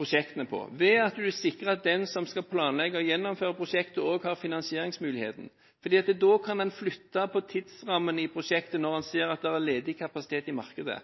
ved at du er sikret at den som skal planlegge og gjennomføre prosjektet, også har finansieringsmuligheten. For da kan en flytte på tidsrammene i prosjektet når en ser at det er ledig kapasitet i markedet.